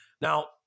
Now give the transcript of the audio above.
now